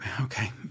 Okay